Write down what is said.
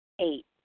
Eight